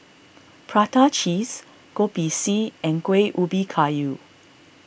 Prata Cheese Kopi C and Kueh Ubi Kayu